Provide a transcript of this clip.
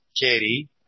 Katie